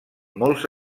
molts